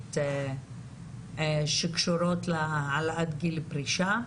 ההכשרות שקשורות להעלאת גיל פרישה?